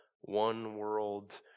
one-world